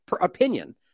opinion